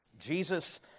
Jesus